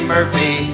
Murphy